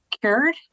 cured